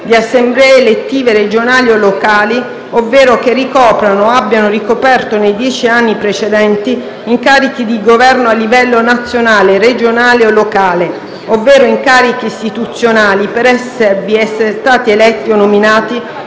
di assemblee elettive regionali o locali, ovvero che ricoprano, o abbiano ricoperto nei dieci anni precedenti, incarichi di governo a livello nazionale, regionale o locale, ovvero incarichi istituzionali per essere stati eletti o nominati